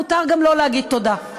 מותר גם לו להגיד תודה.